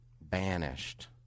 banished